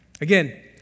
Again